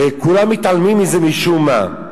וכולם מתעלמים מזה משום מה: